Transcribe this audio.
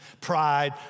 pride